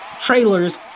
trailers